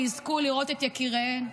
שיזכו לראות את יקיריהם.